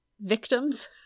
victims